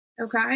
Okay